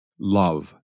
Love